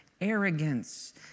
arrogance